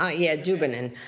ah yeah, dubinin.